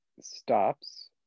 stops